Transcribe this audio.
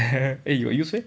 eh you got use meh